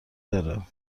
داره